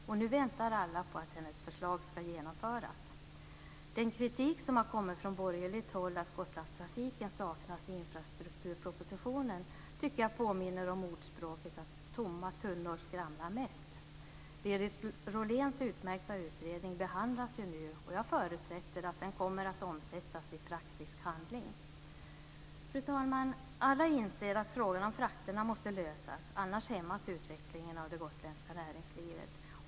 Alla väntar nu på att hennes förslag ska genomföras. Den kritik som har kommit från borgerligt håll om att Gotlandstrafiken saknas i infrastrukturpropositionen tycker jag påminner om ordspråket att tomma tunnor skramlar mest. Berit Rohléns utmärkta utredning behandlas just nu, och jag förutsätter att den kommer att omsättas i praktisk handling. Fru talman! Alla inser att frågan om frakterna måste lösas. Annars hämmas utvecklingen av det gotländska näringslivet.